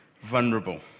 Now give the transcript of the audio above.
vulnerable